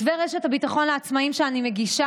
מתווה רשת הביטחון לעצמאים שאני מגישה